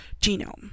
genome